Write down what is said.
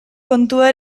kontua